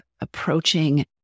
approaching